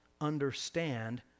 understand